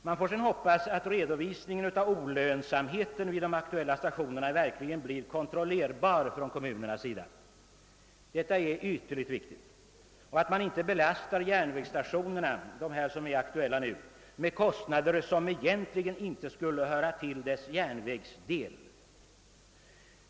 Man får sedan hoppas att redovisningen av olönsamheten vid de aktuella stationerna verkligen kan kontrolleras av kommunerna, vilket är ytterst viktigt, och att man inte belastar de aktuella järnvägsstationerna med kostnader som egentligen inte hör till deras järnvägsdel.